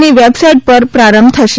ની વેબસાઈટ પર પ્રારંભ થશે